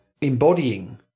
embodying